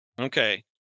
okay